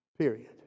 Period